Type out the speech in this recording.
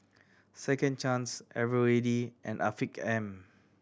Second Chance Eveready and Afiq M